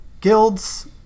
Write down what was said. guilds